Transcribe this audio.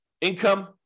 Income